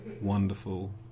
wonderful